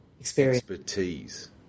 expertise